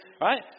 Right